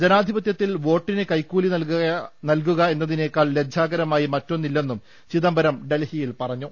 ജനാധിപത്യത്തിൽ വോട്ടിന് കൈക്കൂലി നൽകുക എന്നതിനേ ക്കാൾ ലജ്ജാകരമായി മറ്റൊന്നില്ലെന്നും ചിദംബരം ഡൽഹിയിൽ പറ ഞ്ഞു